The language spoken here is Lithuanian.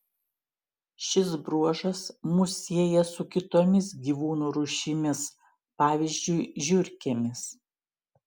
šis bruožas mus sieja su kitomis gyvūnų rūšimis pavyzdžiui žiurkėmis